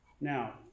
Now